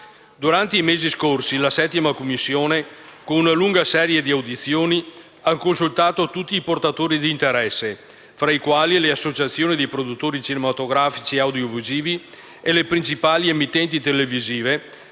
Durante i mesi scorsi la 7a Commissione, con una lunga serie di audizioni, ha consultato tutti i portatori di interessi, fra i quali le associazioni dei produttori cinematografici e audiovisivi e le principali emittenti televisive,